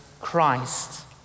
Christ